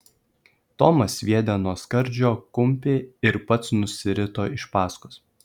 tomas sviedė nuo skardžio kumpį ir pats nusirito iš paskos